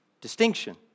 Distinction